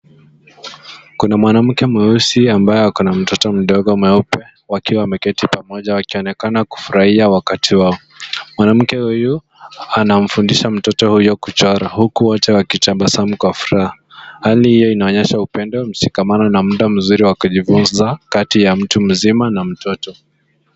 Kuna mwanamke mweusi ambaye ako na mtoto mdogo mweupe, wakiwa wameketi pamoja wakionekana kufurahia wakati wao. Mwanamke huyu anamfundisha mtoto huyo kuchora huku wote wakitabasamu kwa furaha. Hali hiyo inaonyesha upendo, mshikamano na muda mzuri wa kujifunza kati ya mtu mzima na mtoto.